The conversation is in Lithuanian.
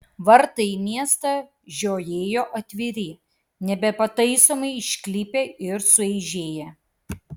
vartai į miestą žiojėjo atviri nebepataisomai išklypę ir sueižėję